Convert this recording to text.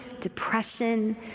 depression